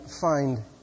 find